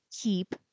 keep